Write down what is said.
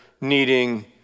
needing